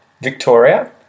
Victoria